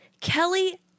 Kelly